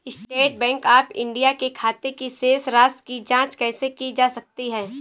State Bank of India के खाते की शेष राशि की जॉंच कैसे की जा सकती है?